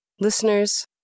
Listeners